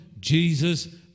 jesus